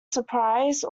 surprise